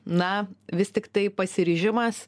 na vis tiktai pasiryžimas